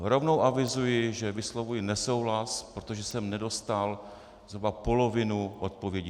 Rovnou avizuji, že vyslovuji nesouhlas, protože jsem nedostal zhruba polovinu odpovědí.